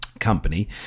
company